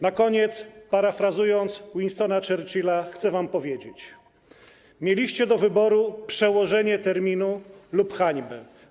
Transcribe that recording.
Na koniec, parafrazując Winstona Churchilla, chcę wam powiedzieć: Mieliście do wyboru przełożenie terminu lub hańbę.